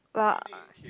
well